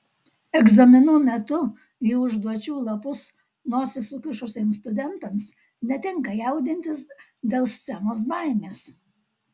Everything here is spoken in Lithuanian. egzaminų metu į užduočių lapus nosis sukišusiems studentams netenka jaudintis dėl scenos baimės